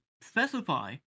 specify